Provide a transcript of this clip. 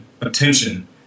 attention